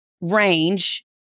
range